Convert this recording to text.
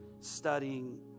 studying